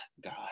God